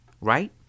right